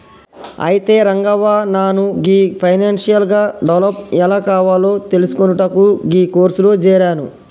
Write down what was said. అయితే రంగవ్వ నాను గీ ఫైనాన్షియల్ గా డెవలప్ ఎలా కావాలో తెలిసికొనుటకు గీ కోర్సులో జేరాను